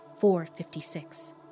456